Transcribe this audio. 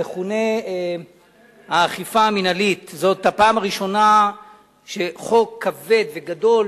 המכונה "האכיפה המינהלית" זאת הפעם הראשונה שחוק כבד וגדול